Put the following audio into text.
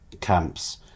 camps